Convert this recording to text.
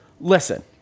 listen